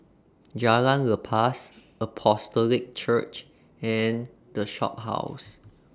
Jalan Lepas Apostolic Church and The Shophouse